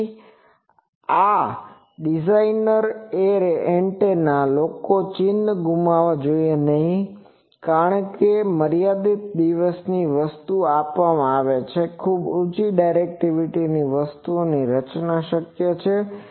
તેથી array designer antenna લોકોએ તે ચિન્હ ગુમાવવા જોઈએ નહીં કે મર્યાદિત દિવસની વસ્તુ આપવામાં આવે તે ખૂબ ઉંચી ડાયરેક્ટિવિટી વસ્તુઓની રચના શક્ય છે